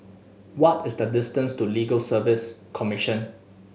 what is the distance to Legal Service Commission